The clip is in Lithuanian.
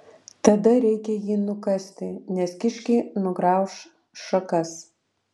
tada reikia jį nukasti nes kiškiai nugrauš šakas